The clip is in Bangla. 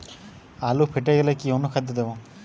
আলু ফেটে গেলে কি অনুখাদ্য দেবো?